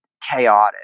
chaotic